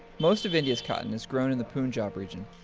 most of india's cotton is grown in the punjab region,